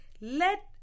let